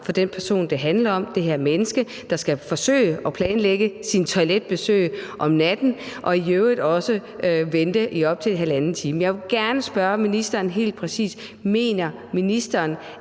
for den person, det handler om, det her menneske, der skal forsøge at planlægge sine toiletbesøg om natten og i øvrigt også vente i op til halvanden time. Jeg vil gerne spørge ministeren helt præcist: Mener ministeren,